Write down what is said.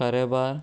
कारेबार